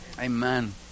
Amen